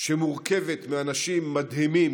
שמורכבת מאנשים מדהימים,